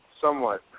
somewhat